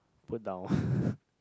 put down